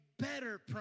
better